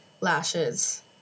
lashes